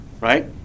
right